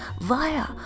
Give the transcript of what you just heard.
via